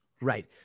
Right